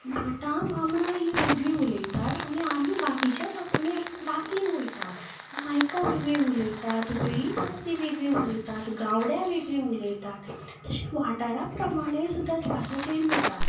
भटां बामणां ही वेगळी उलयतात आनी आमी बाकीची लोकांनी आमी जातीन वयतात नायकां वेगळी उलयतात वेळीप आसा तीं वेगळी उलयतात गावड्या वेगळी उलयता तशें वाठीरा प्रमाणें सुद्दां भाशा चेंज जाता